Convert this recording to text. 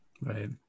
Right